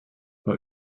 bei